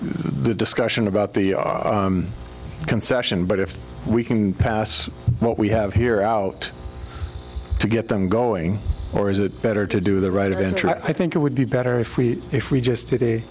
the discussion about the concession but if we can pass what we have here out to get them going or is it better to do the right of entry i think it would be better if we if we just